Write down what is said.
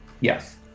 Yes